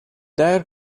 their